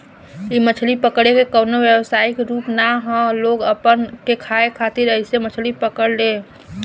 इ मछली पकड़े के कवनो व्यवसायिक रूप ना ह लोग अपना के खाए खातिर ऐइसे मछली पकड़े ले